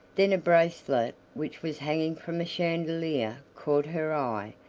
then a bracelet which was hanging from a chandelier caught her eye,